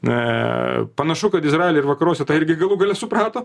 na panašu kad izraely ir vakaruose tą irgi galų gale suprato